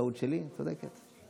טעות שלי, צודקת,